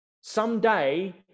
Someday